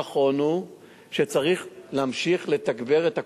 נכון שצריך להמשיך לתגבר את הכוחות,